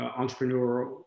entrepreneurial